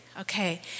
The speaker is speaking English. Okay